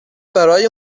برای